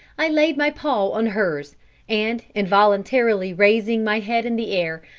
i laid my paw on hers and, involuntarily raising my head in the air,